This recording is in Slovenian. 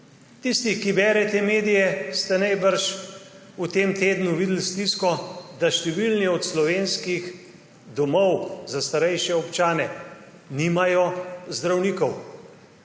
Tisti, ki berete medije, ste najbrž v tem tednu videli stisko, da številni od slovenskih domov za starejše občane nimajo zdravnikov.